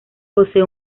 posee